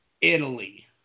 Italy